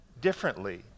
differently